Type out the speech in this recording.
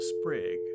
sprig